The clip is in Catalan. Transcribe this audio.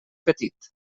petit